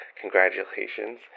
congratulations